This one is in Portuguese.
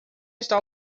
está